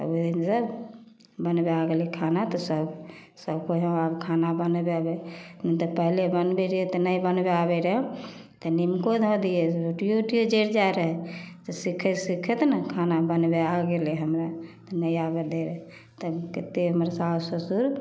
तब ओइदिनसँ बनबे आबि गेलै खाना तऽ सभ सभ कहै हँ खाना बनबेबै तऽ पहिले बनबै रहिए तऽ नहि बनबे आबै रहै तऽ निमको धऽ दिए रोटिओ जरि जाइ रहै से सिखैत सिखैत ने खाना बनबे आबि गेलै हमरा नहि आबै दै रहै तब कतेक हमर साउस ससुर